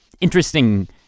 interesting